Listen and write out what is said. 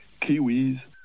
Kiwis